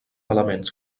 elements